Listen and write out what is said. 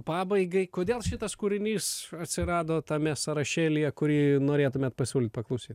pabaigai kodėl šitas kūrinys atsirado tame sąrašėlyje kurį norėtumėt pasiūlyt paklausyt